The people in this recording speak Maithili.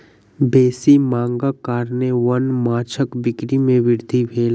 बेसी मांगक कारणेँ वन्य माँछक बिक्री में वृद्धि भेल